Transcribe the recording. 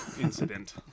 incident